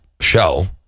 show